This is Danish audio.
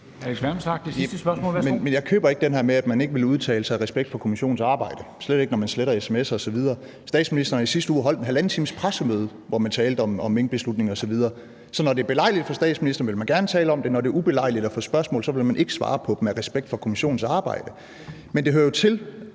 her med, at man ikke vil udtale sig af respekt for kommissionens arbejde, slet ikke når man sletter sms'er osv. Statsministeren holdt i sidste uge et pressemøde på halvanden time, hvor man talte om minkbeslutningen osv., så når det er belejligt for statsministeren, vil man gerne tale om det, men når det er ubelejligt at få spørgsmål, vil man ikke svare på dem af respekt for kommissionens arbejde. Men det hører jo til